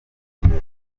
kirehe